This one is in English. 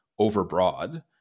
overbroad